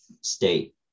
state